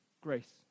Grace